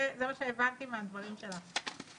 זה מה שהבנתי מהדברים שלך.